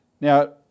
Now